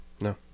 No